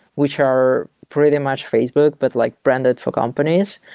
which are pretty much facebook, but like branded for companies.